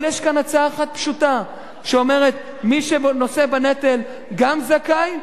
אבל יש כאן הצעה אחת פשוטה שאומרת: מי שנושא בנטל גם זכאי.